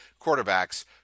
quarterbacks